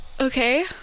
Okay